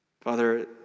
Father